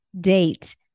date